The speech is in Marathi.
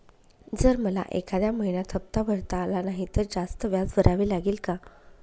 जर मला एखाद्या महिन्यात हफ्ता भरता आला नाही तर जास्त व्याज भरावे लागेल का?